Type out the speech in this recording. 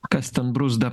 kas ten bruzda